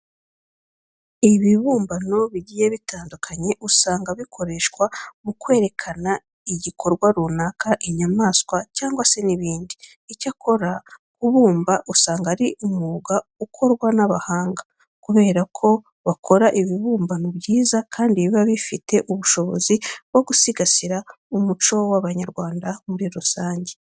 Ibibumbano bigiye bitandukanye usanga bikoreshwa mu kwerekana igikorwa runaka, inyamaswa cyangwa se n'ibindi. Icyakora kubumba usanga ari umwuga ukorwa n'abahanga kubera ko bakora ibibumbano byiza kandi biba bifite ubushobozi bwo gusigasira umuco w'Abanyarwanda muri rusange.